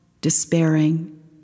despairing